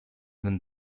than